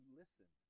listen